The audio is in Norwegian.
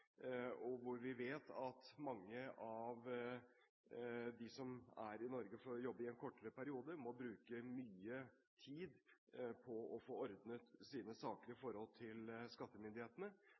hvor vi vet at mange av dem som er i Norge for å jobbe i en kortere periode, må bruke mye tid på å få ordnet sine saker i forhold til skattemyndighetene.